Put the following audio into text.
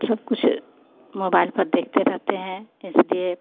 सब कुछ मोबाइल पर देखते रहते हैं इसलिए